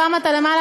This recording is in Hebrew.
פעם אתה למעלה,